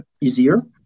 easier